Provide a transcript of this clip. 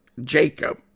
Jacob